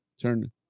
turn